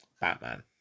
Batman